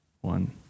one